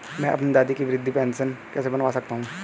मैं अपनी दादी की वृद्ध पेंशन कैसे बनवा सकता हूँ?